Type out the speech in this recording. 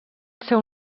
seu